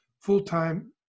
full-time